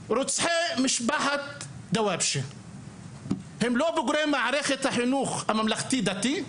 רוצחי משפחת דראושה הם לא בוגרי מערכת החינוך הממלכתי-דתי?